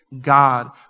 God